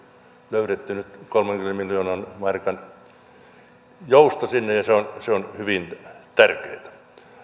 löydetty nyt kolmenkymmenen miljoonan euron jousto ja se on se on hyvin tärkeätä